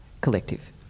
collective